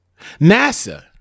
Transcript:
NASA